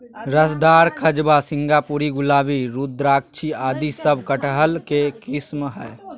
रसदार, खजवा, सिंगापुरी, गुलाबी, रुद्राक्षी आदि सब कटहल के किस्म हय